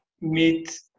meet